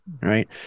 right